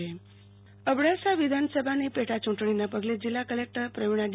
આરતી ભક્ટ પેટાચૂંટણી જાહેરનામું અબડાસા વિધાનસભાની પેટાચૂંટણીના પગલે જિલ્લા કલેકટર પ્રવીણા ડી